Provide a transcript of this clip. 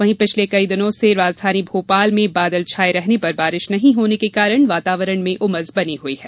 वहीं पिछले कई दिन से राजधानी भोपाल में बादल छाए रहने पर बारिश नहीं होने के कारण वातावरण में उमस बनी हुई है